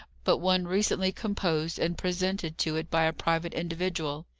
but one recently composed and presented to it by a private individual.